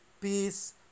peace